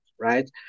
right